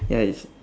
ya it's